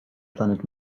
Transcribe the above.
planet